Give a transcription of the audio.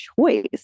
choice